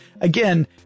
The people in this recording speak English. again